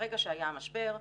ברגע שהיה המשבר,